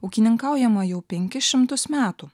ūkininkaujama jau penkis šimtus metų